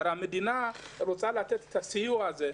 הרי המדינה רוצה לתת את הסיוע הזה.